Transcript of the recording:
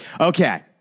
Okay